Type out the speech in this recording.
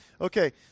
okay